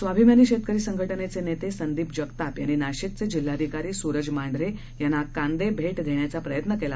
स्वाभिमानी शेतकरी संघटनेचे नेते संदीप जगताप यांनी नाशिकचे जिल्हाधिकारी सुरज मांढरे यांना कांदे भेट देण्याचा प्रयत्न केला